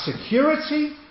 security